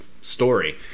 story